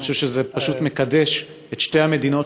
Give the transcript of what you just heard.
אני חושב שזה פשוט מקדש את שתי המדינות